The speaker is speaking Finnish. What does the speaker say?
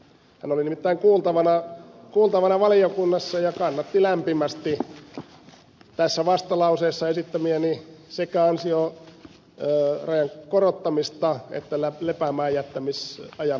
hän oli nimittäin kuultavana valiokunnassa ja kannatti lämpimästi tässä vastalauseessa esittämiäni sekä ansiorajan korottamista että lepäämäänjättämisajan pidentämistä viiteen vuoteen